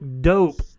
dope